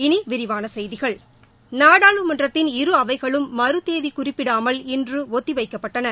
இனி விரிவான செய்திகள் நாடாளுமன்றத்தின் இரு அவைகளும் மறுதேதி குறிப்பிடாமல் இன்று ஒத்திவைக்கப்பட்டன